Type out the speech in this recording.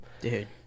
Dude